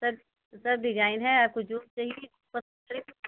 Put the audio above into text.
sir सब design है आपको जो भी चाहिए